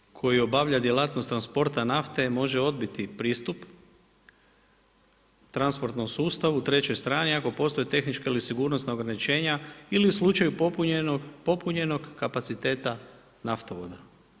Energetski subjekt koji obavlja djelatnost transporta nafte može odbiti pristup transportnom sustavu treće strane iako postoji tehničke ili sigurnosna ograničenja ili u slučaju popunjenog kapaciteta naftovoda.